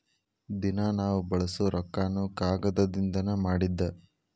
ದಿನಾ ನಾವ ಬಳಸು ರೊಕ್ಕಾನು ಕಾಗದದಿಂದನ ಮಾಡಿದ್ದ